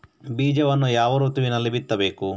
ಬೀಜವನ್ನು ಯಾವ ಋತುವಿನಲ್ಲಿ ಬಿತ್ತಬೇಕು?